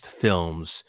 films